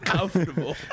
Comfortable